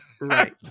right